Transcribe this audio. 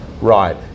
Right